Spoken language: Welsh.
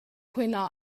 cwyno